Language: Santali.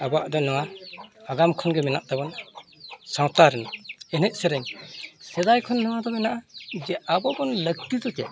ᱟᱵᱚᱣᱟᱜ ᱫᱚ ᱱᱚᱣᱟ ᱟᱜᱟᱢ ᱠᱷᱚᱱ ᱜᱮ ᱢᱮᱱᱟᱜ ᱛᱟᱵᱚᱱᱟ ᱥᱟᱶᱛᱟ ᱨᱮᱱᱟᱜ ᱮᱱᱮᱡᱼᱥᱮᱨᱮᱧ ᱥᱮᱫᱟᱭ ᱠᱷᱚᱱ ᱱᱚᱣᱟᱫᱚ ᱢᱮᱱᱟᱜᱼᱟ ᱡᱮ ᱟᱵᱚ ᱵᱚᱱ ᱞᱟᱹᱠᱛᱤ ᱫᱚ ᱪᱮᱫ